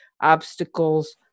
obstacles